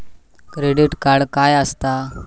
Credit card काय असता?